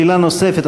תודה.